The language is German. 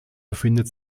befindet